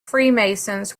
freemasons